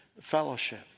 fellowship